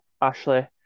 ashley